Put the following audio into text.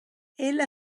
ella